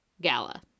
gala